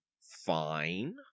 fine